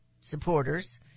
supporters